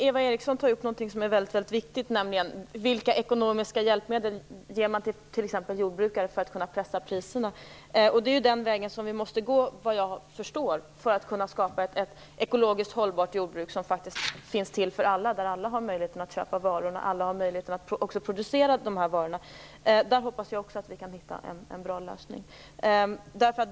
Fru talman! Eva Eriksson tar upp en väldigt viktig fråga, nämligen frågan om vilka ekonomiska hjälpmedel som ges t.ex. till jordbrukare för att kunna pressa priserna. Det är, såvitt jag förstår, den vägen som vi måste gå för att kunna skapa ett ekologiskt hållbart jordbruk för alla - ett jordbruk som är sådant att alla har möjlighet att köpa varorna, men också att producera dem. Också jag hoppas att vi där kan hitta en bra lösning.